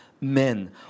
Men